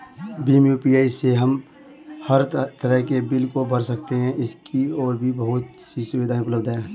Bhim UPI से हम हर तरह के बिल को भर सकते है, इसकी और भी बहुत सी सुविधाएं उपलब्ध है